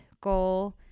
goal